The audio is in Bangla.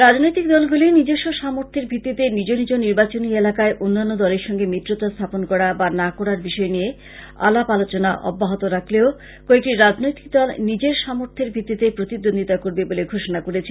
রাজনৈতিক দলগুলি নিজস্ব সামর্থের ভিত্তিতে নিজ নিজ নির্বাচনী এলাকায় অন্যান্য দলের সঙ্গে মিত্রতা স্থাপন করা বা না করার বিষয় নিয়ে আলাপ আলোচনা অব্যাহত রাখলেও কয়েকটি রাজনৈতিক দল নিজের সামর্থের ভিত্তিতে প্রতিদ্বন্দিতা করবে বলে ঘোষণা করেছে